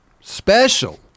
special